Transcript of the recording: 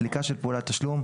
"סליקה של פעולת תשלום",